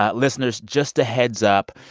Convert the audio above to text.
ah listeners, just a heads up,